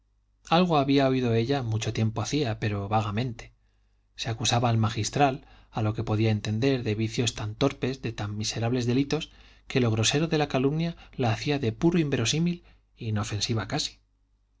algo había oído ella mucho tiempo hacía pero vagamente se acusaba al magistral a lo que podía entender de vicios tan torpes de tan miserables delitos que lo grosero de la calumnia la hacía de puro inverosímil inofensiva casi